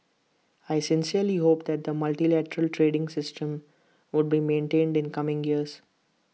I sincerely hope that the multilateral trading system would be maintained in coming years